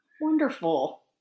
Wonderful